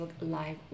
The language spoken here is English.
Live